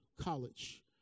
college